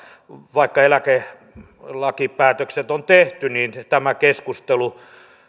vaikka eläkelakipäätökset on tehty tämä keskustelu